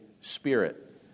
Spirit